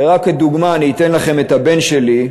ורק כדוגמה, אתן לכם את הבן שלי,